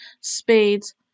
spades